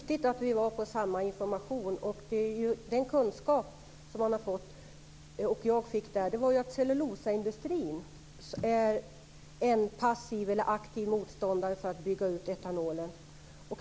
Fru talman! Det är alldeles riktigt att vi var på samma information. Den kunskap som jag fick där var att cellulosaindustrin är en aktiv motståndare till att bygga ut etanoltillverkningen.